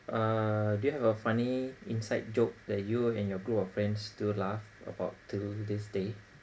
err do you have a funny inside joke that you and your group of friends still laugh about till this day